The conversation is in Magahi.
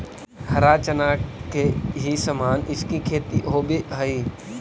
हरा चना के ही समान इसकी खेती होवे हई